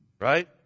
Right